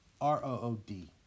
R-O-O-D